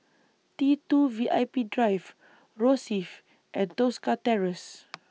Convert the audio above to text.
T two V I P Drive Rosyth and Tosca Terrace